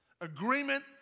Agreement